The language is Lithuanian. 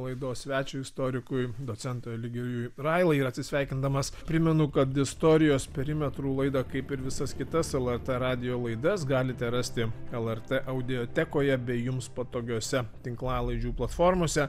laidos svečiui istorikui docentui eligijui railai ir atsisveikindamas primenu kad istorijos perimetrų laidą kaip ir visas kitas lrt radijo laidas galite rasti lrt audiotekoje bei jums patogiose tinklalaidžių platformose